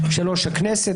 (3) הכנסת,